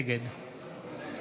נגד